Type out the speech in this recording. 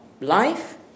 life